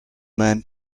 man